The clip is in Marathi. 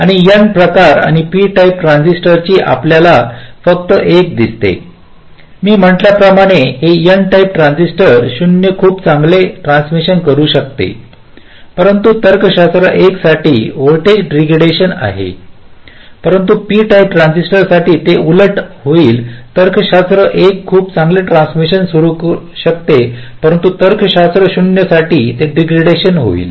या N प्रकार आणि P टाइप ट्रान्झिस्टरची आपल्याला फक्त एक दिसते मी म्हटल्या प्रमाणे हे N टाइप ट्रान्झिस्टर 0 खूप चांगले ट्रान्समिसिन करू शकतो परंतु तर्कशास्त्र 1 साठी व्होल्टेज डीग्रेडेशन आहे परंतु P प्रकार ट्रान्झिस्टरसाठी ते उलट आहे तर्कशास्त्र 1 खूप चांगले ट्रान्समिसिन करू शकते परंतु तर्कशास्त्र 0 साठी एक डीग्रेडेशन होईल